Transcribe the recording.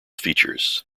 features